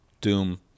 Doom